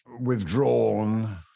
withdrawn